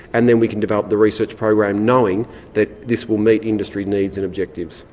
and then we can develop the research program knowing that this will meet industry needs and objectives.